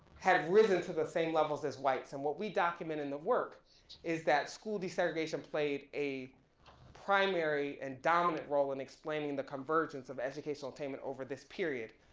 had risen to the same levels as whites. and we document in the work is that school desegregation played a primary and dominant role in explaining the convergence of educational attainment over this period.